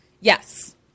Yes